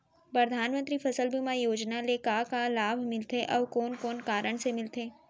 परधानमंतरी फसल बीमा योजना ले का का लाभ मिलथे अऊ कोन कोन कारण से मिलथे?